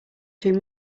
three